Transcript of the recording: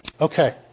Okay